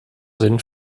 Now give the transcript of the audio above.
sinn